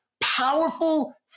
powerful